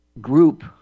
group